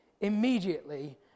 immediately